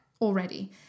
already